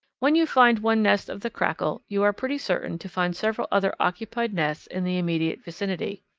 when you find one nest of the crackle you are pretty certain to find several other occupied nests in the immediate vicinity.